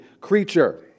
creature